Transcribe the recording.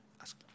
ask